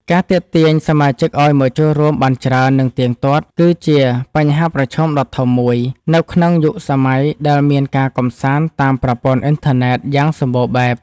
ការទាក់ទាញសមាជិកឱ្យមកចូលរួមបានច្រើន និងទៀងទាត់ គឺជាបញ្ហាប្រឈមដ៏ធំមួយ នៅក្នុងយុគសម័យដែលមានការកម្សាន្តតាមប្រព័ន្ធអុីនធឺណិតយ៉ាងសម្បូរបែប។